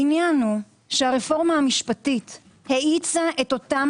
העניין הוא שהרפורמה המשפטית האיצה אותם